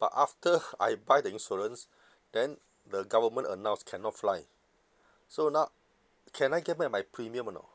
but after I buy the insurance then the government announce cannot fly so now can I get back my premium or not